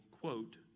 quote